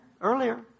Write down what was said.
earlier